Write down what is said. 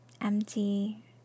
empty